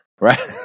Right